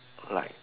like